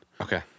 Okay